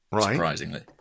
surprisingly